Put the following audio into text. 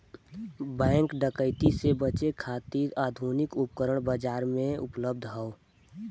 bank डकैती से बचे खातिर आधुनिक उपकरण बाजार में उपलब्ध हौ